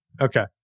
Okay